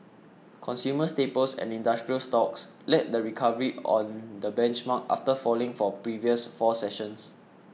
consumer staples and industrial stocks led the recovery on the benchmark after falling for previous four sessions